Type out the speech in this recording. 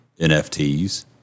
NFTs